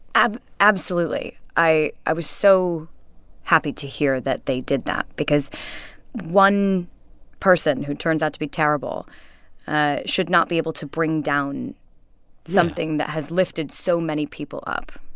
and absolutely. i i was so happy to hear that they did that because one person who turns out to be terrible ah should not be able to bring down something that has lifted so many people up.